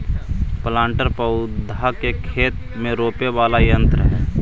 planter पौधा के खेत में रोपे वाला यन्त्र हई